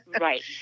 Right